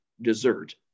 dessert